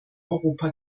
europa